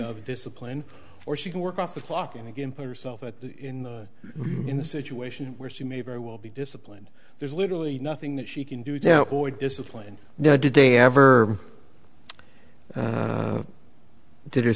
her discipline or she can work off the clock and again put herself in in the situation where she may very well be disciplined there's literally nothing that she can do now or discipline did they ever did